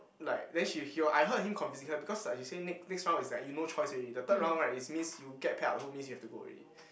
like then she hear I heard him convincing her because like she say next next round is like you no choice already the third round right is means you get paired up with who means you have to go already